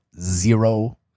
zero